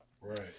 Right